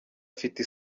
afite